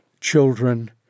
children